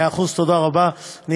מאה אחוז, תודה רבה.